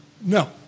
No